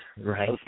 Right